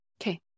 Okay